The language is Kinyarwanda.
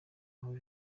hano